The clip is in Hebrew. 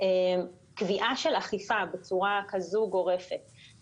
חשיבות גדולה ברפורמה הזאת.